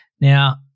Now